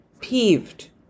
peeved